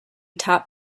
top